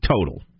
total